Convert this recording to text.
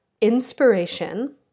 inspiration